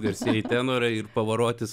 garsieji tenorai ir pavarotis